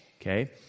okay